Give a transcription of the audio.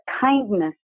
kindness